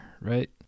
right